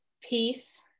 peace